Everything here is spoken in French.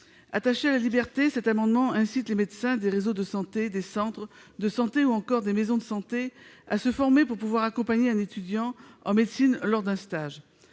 de cet amendement souhaitent inciter les médecins des réseaux de santé, des centres de santé ou encore des maisons de santé à se former pour pouvoir accompagner un étudiant en médecine lors d'un stage.